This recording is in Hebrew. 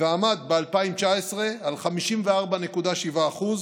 ועמד ב-2019 על 54.7%,